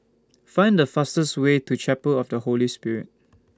Find The fastest Way to Chapel of The Holy Spirit